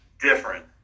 different